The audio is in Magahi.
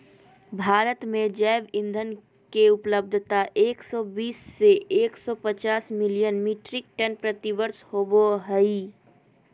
भारत में जैव ईंधन के उपलब्धता एक सौ बीस से एक सौ पचास मिलियन मिट्रिक टन प्रति वर्ष होबो हई